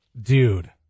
Dude